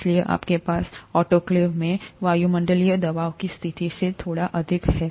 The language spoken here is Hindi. इसलिए आपके पास आटोक्लेव में वायुमंडलीय दबाव की स्थिति से थोड़ा अधिक है